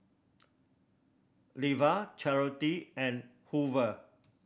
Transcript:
Levar Charity and Hoover